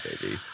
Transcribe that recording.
baby